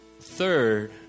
Third